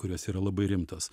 kurios yra labai rimtos